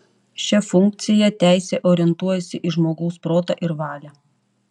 šia funkciją teisė orientuojasi į žmogaus protą ir valią